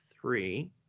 three